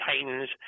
Titans